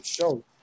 show